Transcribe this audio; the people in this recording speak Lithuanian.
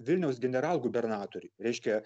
vilniaus generalgubernatoriui reiškia